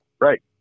Right